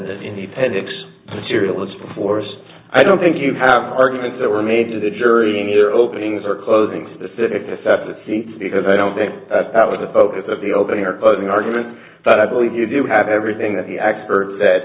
the independents material is forced i don't think you have arguments that were made to the jury in your openings or closing specific effect because i don't think that was the focus of the opening or closing argument but i believe you do have everything that he expert that